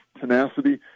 tenacity